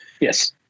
Yes